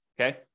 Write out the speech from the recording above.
okay